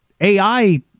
AI